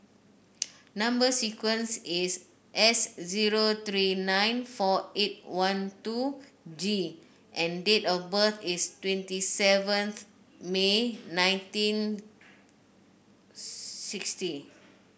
number sequence is S zero three nine four eight one two G and date of birth is twenty seventh May nineteen sixty